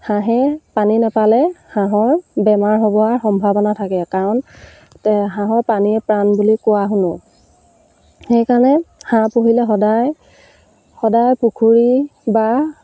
হাঁহে পানী নেপালে হাঁহৰ বেমাৰ হোৱাৰ সম্ভাৱনা থাকে কাৰণ হাঁহৰ পানীয়ে প্ৰাণ বুলি কোৱা শুনোঁ সেইকাৰণে হাঁহ পুহিলে সদায় সদায় পুখুৰী বা